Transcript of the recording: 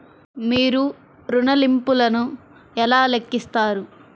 మీరు ఋణ ల్లింపులను ఎలా లెక్కిస్తారు?